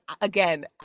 again